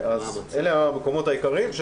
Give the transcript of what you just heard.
אלה המקומות העיקריים.